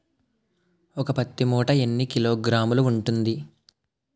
ఒక పత్తి మూట ఎన్ని కిలోగ్రాములు ఉంటుంది?